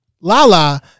Lala